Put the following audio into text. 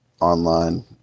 online